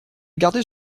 gardait